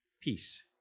peace